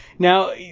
Now